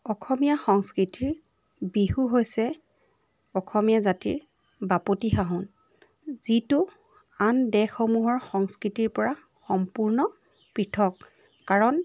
অসমীয়া সংস্কৃতিৰ বিহু হৈছে অসমীয়া জাতিৰ বাপতিসাহোন যিটো আন দেশসমূহৰ সংস্কৃতিৰ পৰা সম্পূৰ্ণ পৃথক কাৰণ